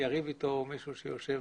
שיריב איתו מישהו שיושב